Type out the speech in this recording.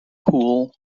pool